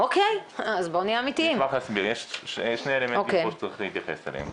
יש שני אלמנטים פה שצריך להתייחס אליהם.